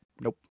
Nope